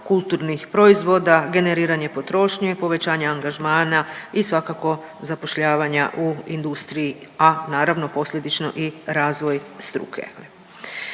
kulturnih proizvoda, generiranje potrošnje, povećanje angažmana i svakako, zapošljavanja u industriji, a naravno, posljedično i razvoj struke.